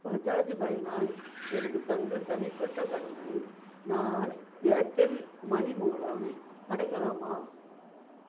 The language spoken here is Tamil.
பஜாஜ் ஃபைனான்ஸ் எனக்கு தந்த தனிப்பட்ட கடனை நான் ஏர்டெல் மனி மூலம் அடைக்கலாமா